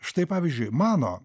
štai pavyzdžiui mano